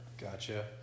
Gotcha